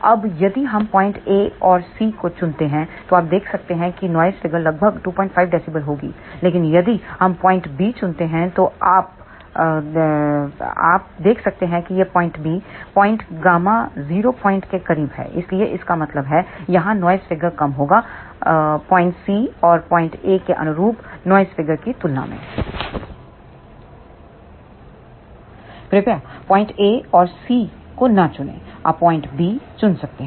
अब यदि हम पॉइंट A और C चुनते हैं तो आप देख सकते हैं कि नॉइस फिगर लगभग 25 dB होगी लेकिन यदि हम पॉइंट B चुनते हैं तो आप देख सकते हैं कि यह पॉइंट B Γ0पॉइंट के करीब है इसलिए इसका मतलब है यहाँ नॉइस फिगर कम होगा पॉइंट सी और पॉइंट ए के अनुरूप नॉइज़ फिगर की तुलना में कृपया पॉइंट ए और सी को न चुनें आप पॉइंट बी चुन सकते हैं